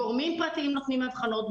גורמים פרטיים נותנים אבחנות,